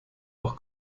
auch